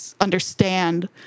understand